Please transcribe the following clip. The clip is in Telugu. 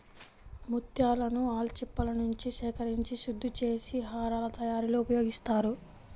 ముత్యాలను ఆల్చిప్పలనుంచి సేకరించి శుద్ధి చేసి హారాల తయారీలో ఉపయోగిస్తారు